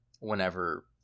Whenever